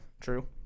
True